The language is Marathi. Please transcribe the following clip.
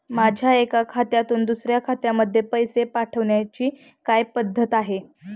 माझ्या एका खात्यातून दुसऱ्या खात्यामध्ये पैसे पाठवण्याची काय पद्धत आहे?